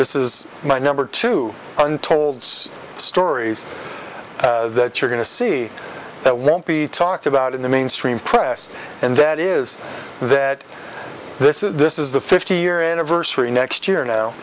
this is my number two untold stories that you're going to see that won't be talked about in the mainstream press and that is that this is this is the fifty year anniversary next year now